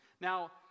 Now